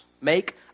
Make